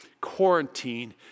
quarantine